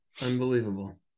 Unbelievable